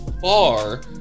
far